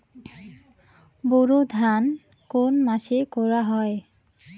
বোরো ধান কোন মাসে করা হয়?